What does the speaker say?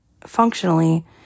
functionally